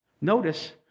notice